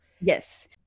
yes